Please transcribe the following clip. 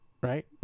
right